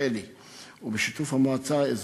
והאם פועלת מועצה דתית